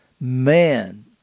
Man